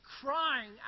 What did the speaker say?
crying